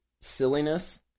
silliness